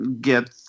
get